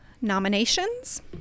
nominations